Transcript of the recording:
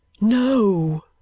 No